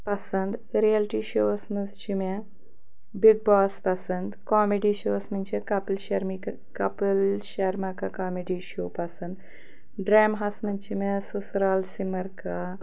پَسَنٛد رِیَلٹی شوٚوَس منٛز چھِ مےٚ بِگ باس پَسَنٛد کامٮ۪ڈی شوٚوَس منٛز چھِ کَپِل شرمی تہٕ کَپِل شَرما کا کامٮ۪ڈی شو پَسَنٛد ڈرٛامِہَس منٛز چھِ مےٚ سُسرال سِمَر کا